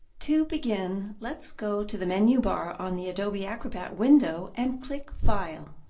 to begin, let's go to the menu bar on the adobe acrobat window and click file,